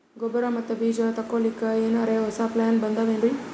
ಗೊಬ್ಬರ ಮತ್ತ ಬೀಜ ತೊಗೊಲಿಕ್ಕ ಎನರೆ ಹೊಸಾ ಪ್ಲಾನ ಬಂದಾವೆನ್ರಿ?